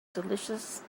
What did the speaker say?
delicious